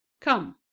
come